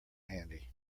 handy